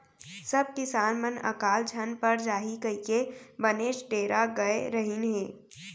सब किसान मन अकाल झन पर जाही कइके बनेच डेरा गय रहिन हें